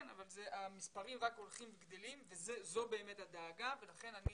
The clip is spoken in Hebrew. אבל המספרים רק הולכים וגדלים וזו באמת הדאגה ולכן אני